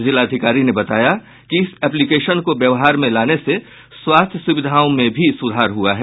जिलाधिकारी ने बताया कि इस एप्लीकेशन को व्यवहार में लाने से स्वास्थ्य सुविधाओं में भी सुधार हुआ है